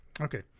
Okay